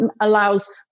allows